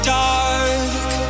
dark